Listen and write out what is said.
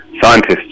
scientists